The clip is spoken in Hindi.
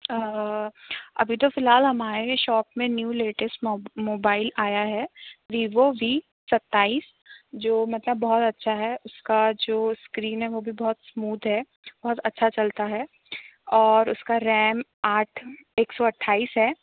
अभी तो फ़िलहाल हमारे शॉप में न्यू लेटेस्ट मोब मोबाइल आया है वीवो वी सत्ताईस जो मतलब बहुत अच्छा है उसका जो स्क्रीन है वो भी बहुत स्मूथ है बहुत अच्छा चलता है और उसका रैम आठ एक सौ अट्ठाईस है